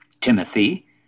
Timothy